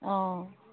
অঁ